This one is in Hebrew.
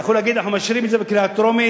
היא יכולה להגיד: אנחנו מאשרים את זה בקריאה טרומית,